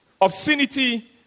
obscenity